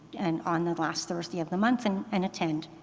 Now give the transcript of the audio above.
and on the last thursday of the month and and attend.